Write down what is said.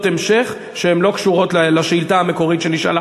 המשך שלא קשורות לשאילתה המקורית שנשאלה.